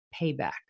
payback